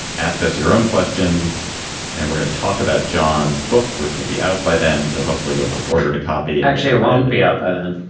ask us your own questions and we're gonna talk about john's book, which will be out by then. so hopefully you'll have ordered a copy. actually, it won't be out by then.